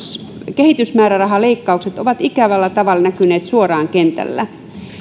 kehitysmäärärahaleikkaukset ovat ikävällä tavalla näkyneet suoraan kentällä